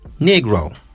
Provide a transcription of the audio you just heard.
negro